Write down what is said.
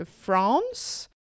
France